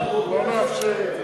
לא נאפשר את זה.